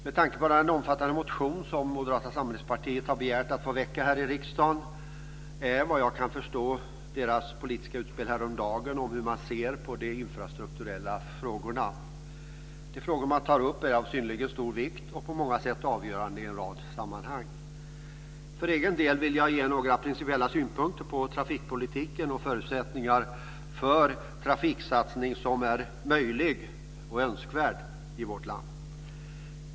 Med tanke på den omfattande motion som Moderata samlingspartiet har begärt att få väcka här i riksdagen kan jag förstå deras eget politiska utspel häromdagen om hur de ser på de infrastrukturella frågorna. De frågor som de tar upp är av synnerligen stor vikt och på många sätt avgörande i en rad sammanhang. För egen del vill jag ge några principiella synpunkter på trafikpolitiken och förutsättningarna för en trafiksatsning som är möjlig och önskvärd i vårt land.